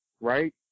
right